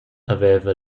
haveva